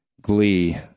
glee